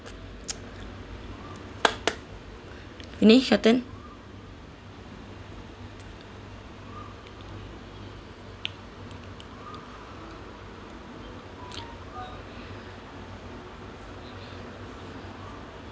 vinesh your turn